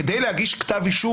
כדי להגיש כתב אישום,